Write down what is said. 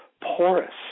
porous